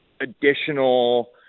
additional